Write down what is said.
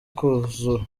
kuzura